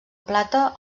plata